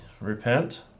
repent